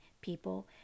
people